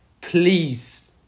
Please